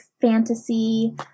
fantasy